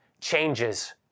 changes